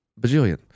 Bajillion